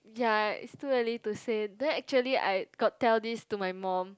ya is too early to say then actually I got tell this to my mum